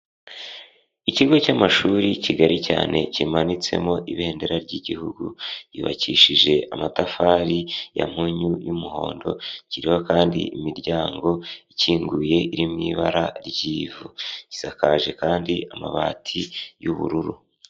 Ikigo cy'amashuri kigali cyane kimanitsemo ibendera ry'igihugu, yubakishije amatafari ya mpunyu y'umuhondo, kiriho kandi imiryango ikinguye iri mu ibara ry'ivu, isakaje kandi amabati y'ubururu.